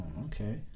okay